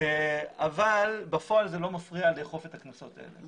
אבל בפועל זה לא מפריע לאכוף את הקנסות האלה.